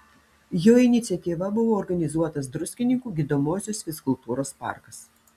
jo iniciatyva buvo organizuotas druskininkų gydomosios fizkultūros parkas